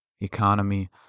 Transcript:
Economy